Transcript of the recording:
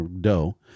dough